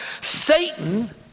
Satan